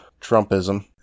Trumpism